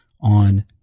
on